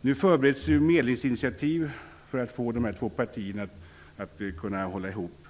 Nu förbereds medlingsinitiativ för att få de här två partierna att hålla ihop.